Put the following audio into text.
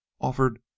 offered